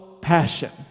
passion